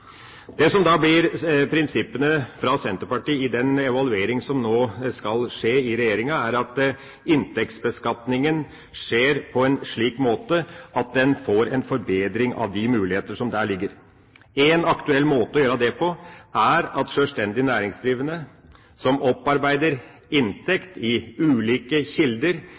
Det som blir prinsippene til Senterpartiet i den evaluering som nå skal skje i regjeringa, er at inntektsbeskatningen skjer på en slik måte at en får en forbedring av de muligheter som der ligger. En aktuell måte å gjøre det på er at sjølvstendig næringsdrivende som opparbeider inntekt fra ulike kilder,